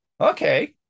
okay